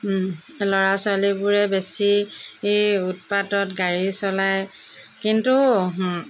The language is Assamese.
ল'ৰা ছোৱালীবোৰে বেছি এই উৎপাতত গাড়ী চলায় কিন্তু